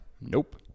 nope